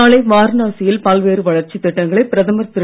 நாளை வாரணாசியில் பல்வேறு வளர்ச்சித் திட்டங்களை பிரதமர் திரு